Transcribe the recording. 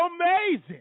amazing